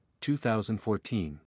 2014